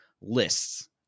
lists